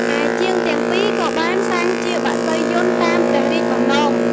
ឯជាងទាំងពីរក៏បានសាងជាបក្សីយន្តតាមព្រះរាជបំណង។